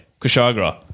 Kushagra